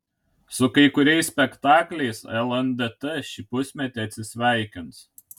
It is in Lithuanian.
su kai kuriais spektakliais lndt šį pusmetį atsisveikins